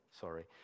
sorry